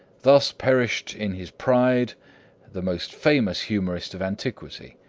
thus perished in his pride the most famous humorist of antiquity,